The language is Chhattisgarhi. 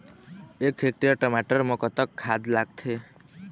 एक हेक्टेयर टमाटर म कतक खाद लागथे?